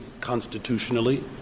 constitutionally